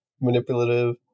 manipulative